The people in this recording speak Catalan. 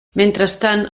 mentrestant